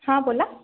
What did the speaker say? हा बोला